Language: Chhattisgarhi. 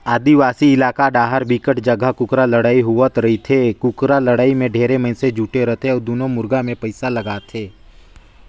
आदिवासी इलाका डाहर बिकट जघा कुकरा लड़ई होवत रहिथे, कुकरा लड़ाई में ढेरे मइनसे जुटे रथे अउ दूनों मुरगा मे पइसा लगाथे